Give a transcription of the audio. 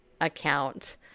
account